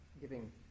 giving